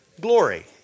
glory